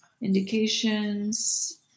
indications